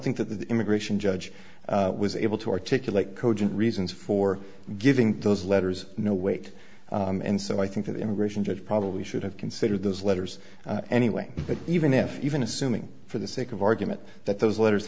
think that the immigration judge was able to articulate cogent reasons for giving those letters no weight and so i think the immigration judge probably should have considered those letters anyway but even if even assuming for the sake of argument that those letters